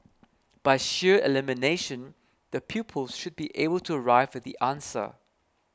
by sheer elimination the pupils should be able to arrive at the answer